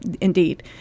Indeed